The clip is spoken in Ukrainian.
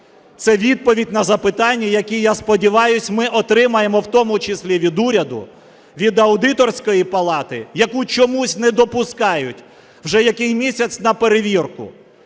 це відповідь на запитання, які, я сподіваюсь, ми отримаємо в тому числі від уряду, від аудиторської палати, яку чомусь не допускають, вже який місяць, на перевірку.